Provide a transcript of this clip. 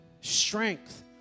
strength